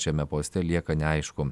šiame poste lieka neaišku